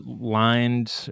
lined